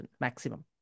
maximum